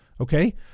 Okay